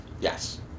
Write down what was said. Yes